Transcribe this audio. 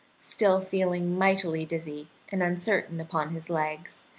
still feeling mightily dizzy and uncertain upon his legs,